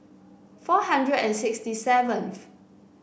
four hundred and sixty seventh